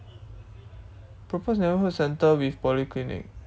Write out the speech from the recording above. proposed neighbourhood centre with polyclinic